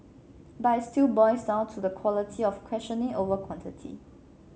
but it still boils down to the quality of questioning over quantity